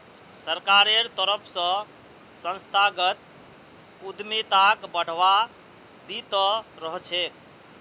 सरकारेर तरफ स संस्थागत उद्यमिताक बढ़ावा दी त रह छेक